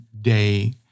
day